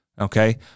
okay